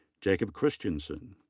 jacob christensen.